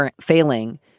failing